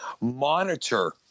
monitor